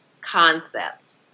concept